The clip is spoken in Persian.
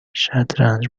شطرنج